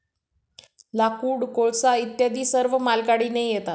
लाकूड, कोळसा इत्यादी सर्व मालगाडीने येतात